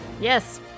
Yes